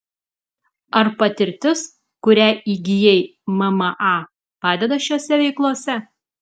ar patirtis kurią įgijai mma padeda šiose veiklose